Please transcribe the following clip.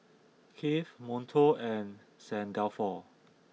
Kiehl's Monto and Saint Dalfour